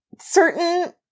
certain